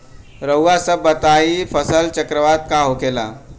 रउआ सभ बताई फसल चक्रवात का होखेला?